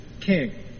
King